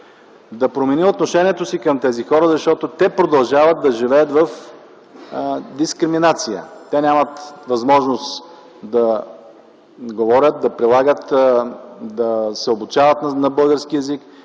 да промени отношението си към тези хора, защото те продължават да живеят в дискриминация, те нямат възможност да говорят, да се обучават на български език,